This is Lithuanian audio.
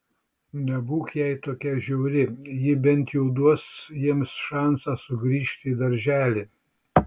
nebūk jai tokia žiauri ji bent jau duos jiems šansą sugrįžti į darželį